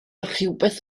rhywbeth